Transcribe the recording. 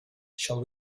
shall